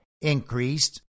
increased